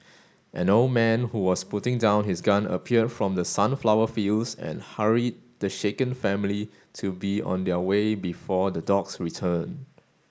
an old man who was putting down his gun appeared from the sunflower fields and hurried the shaken family to be on their way before the dogs return